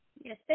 Yes